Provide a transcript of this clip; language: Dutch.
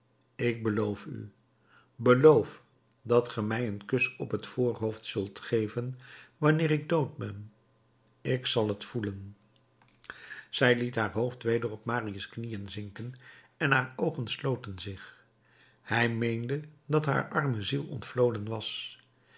ik beloof u beloof dat ge mij een kus op t voorhoofd zult geven wanneer ik dood ben ik zal het voelen zij liet haar hoofd weder op marius knieën zinken en haar oogen sloten zich hij meende dat haar arme ziel ontvloden was